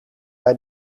bij